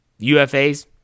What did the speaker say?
UFAs